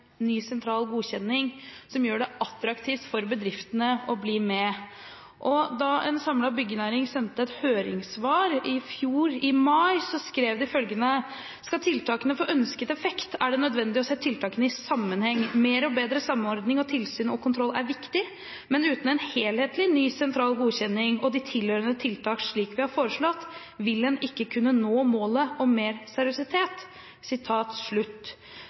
ny sentral godkjenning som gjør det attraktivt for bedriftene å bli med. Da en samlet byggenæring sendte et høringssvar i mai i fjor, skrev de følgende: «Skal tiltakene få ønsket effekt er det nødvendig å se tiltakene i sammenheng. Mer og bedre samordning av tilsyn og kontroll er viktig, men uten en helhetlig ny sentral godkjenning og de tilhørende tiltak, slik vi har foreslått, vil en ikke kunne nå målet om mer seriøsitet.»